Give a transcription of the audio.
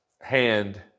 hand